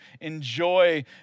enjoy